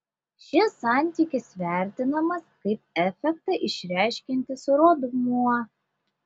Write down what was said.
šis santykis vertinamas kaip efektą išreiškiantis rodmuo